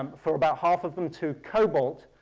um for about half of them, to cobalt.